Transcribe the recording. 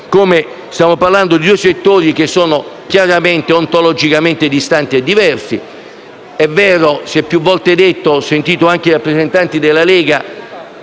stiamo parlando di due settori che - com'è evidente -sono ontologicamente distanti e diversi. È vero - come si è più volte detto, e ho sentito anche rappresentanti della Lega